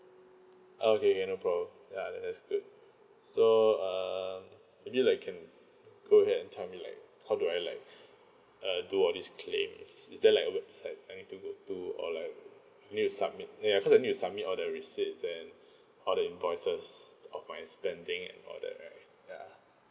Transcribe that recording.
oh okay okay no problem ya that is good so err maybe you like can go ahead and tell me like how do I like uh do all this claim is is there like a website I need to go to all I need to submit ya cause I need to submit all the receipts and all the invoices of my spending and all that right ya